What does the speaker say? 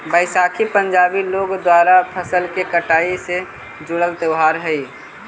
बैसाखी पंजाबी लोग द्वारा फसल के कटाई से जुड़ल त्योहार हइ